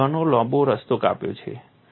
આપણે ઘણો લાંબો રસ્તો કાપ્યો છે